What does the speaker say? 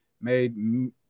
made